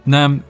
Nam